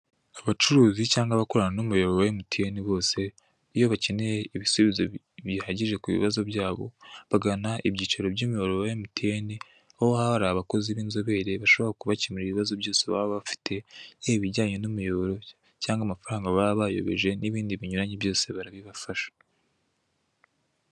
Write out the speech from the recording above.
Abacuruzi cyangwa abakorana n'umuyoboro wa MTN. bose, iyo bakeneye ibisubizo bihagije kubibazo byabo, bagana ibyicaro by'umuyoboro wa MTN, niho haba hari abakozi b'inzobere baba bashobora kubakemurira ibibazo byose baba bafite, Yaba ibijyanye n'umuyoboro cyangwa amafaranga baba bayobeje, n'ibindi binyuranye byose barabibafasha.